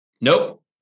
nope